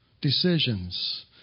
decisions